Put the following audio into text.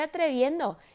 atreviendo